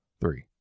Three